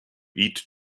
eat